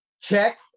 Check